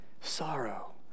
sorrow